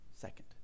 Second